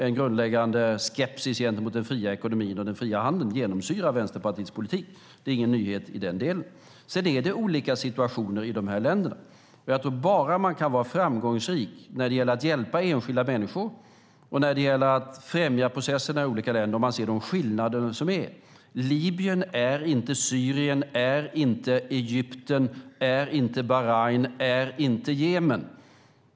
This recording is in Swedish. En grundläggande skepsis gentemot den fria ekonomin och den fria handeln genomsyrar Vänsterpartiets politik. Det är ingen nyhet i den delen. Sedan är det olika situationer i dessa länder. Jag tror att man bara kan vara framgångsrik när det gäller att hjälpa enskilda människor och när det gäller att främja processerna i olika länder om man ser de skillnader som finns. Libyen är inte Syrien är inte Egypten är inte Bahrain är inte Jemen.